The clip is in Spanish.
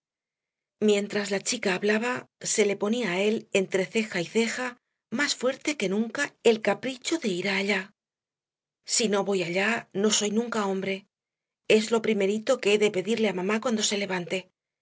mientras la chica hablaba se le ponía á él entre ceja y ceja más fuerte que nunca el capricho de ir allá si no voy allá no soy nunca hombre es lo primerito que he de pedirle á mamá cuando se levante